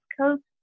Coast